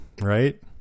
right